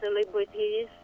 celebrities